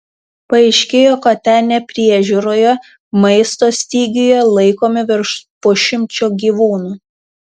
paaiškėjo kad ten nepriežiūroje maisto stygiuje laikomi virš pusšimčio gyvūnų